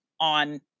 on